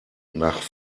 nach